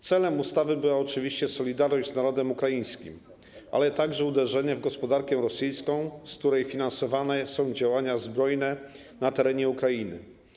Celem ustawy była oczywiście solidarność z narodem ukraińskim, ale także uderzenie w gospodarkę rosyjską, z której finansowane są działania zbrojne na terenie Ukrainy.